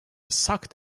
sucked